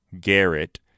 garrett